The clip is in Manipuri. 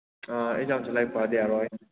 ꯑꯥ ꯑꯦꯛꯖꯦꯝꯁꯦ ꯂꯥꯏꯔꯤꯛ ꯄꯥꯗ ꯌꯥꯔꯣꯏ